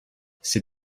c’est